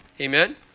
Amen